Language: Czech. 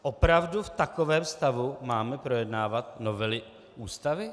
Opravdu v takovém stavu máme projednávat novely Ústavy?